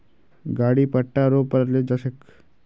गाड़ी पट्टा रो पर ले जा छेक